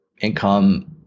income